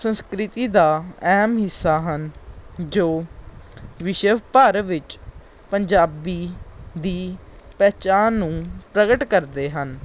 ਸੰਸਕ੍ਰਿਤੀ ਦਾ ਅਹਿਮ ਹਿੱਸਾ ਹਨ ਜੋ ਵਿਸ਼ਵ ਭਰ ਵਿੱਚ ਪੰਜਾਬੀ ਦੀ ਪਹਿਚਾਣ ਨੂੰ ਪ੍ਰਗਟ ਕਰਦੇ ਹਨ